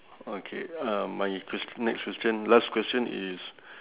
okay uh my quest~ next question last question is